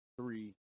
three